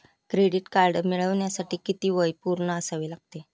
Credit card मिळवण्यासाठी किती वय पूर्ण असावे लागते?